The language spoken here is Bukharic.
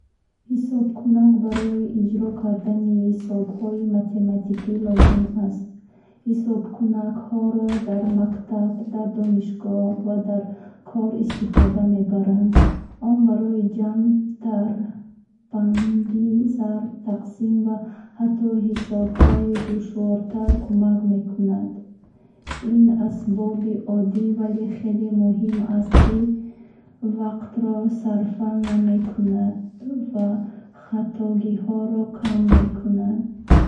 Ҳисобкунак барои иҷро кардани ҳисобҳои математикӣ лозим аст. Ҳисобкунакҳорро дар мактаб ,дар донишгоҳ ,ва дар кор, истифода мебаранд. Он барои ҷамъ тарҳбандӣ зарб тақсим ва ҳатто ҳисобҳои душвортар кумак мекунад. Ин асбоби оддӣ вале хеле муҳим аст ки вақтро сарфа намекунад ва хатогиҳоро кам мекунад.